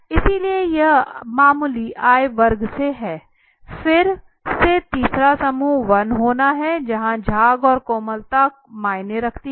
इसलिए ये मामूली आय वर्ग से हैं फिर से तीसरा समूह 1 होना है जहाँ झाग और कोमलता मायने रखती है